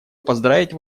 поздравить